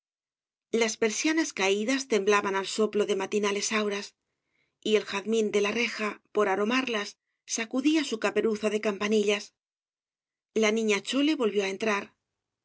las persianas caídas temblaban al soplo de matinales auras y el jazmín de la reja por aromarlas sacudía su caperuza de campanillas la niña chole volvió á entrar